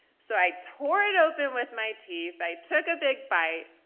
so i tore it open with my teeth, i took a big bite,